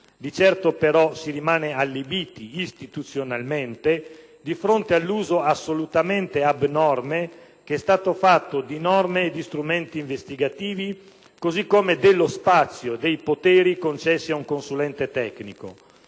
Di certo, però, si rimane allibiti, istituzionalmente, di fronte all'uso assolutamente abnorme che è stato fatto di norme e strumenti investigativi, così come dello spazio e dei poteri concessi ad un consulente tecnico.